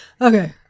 Okay